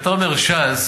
כשאתה אומר ש"ס,